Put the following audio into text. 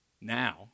now